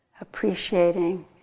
appreciating